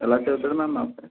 ఎలా చదువుతాడు మ్యామ్ మా అబ్బాయి